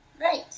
Right